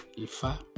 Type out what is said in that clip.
Ifa